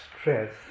stress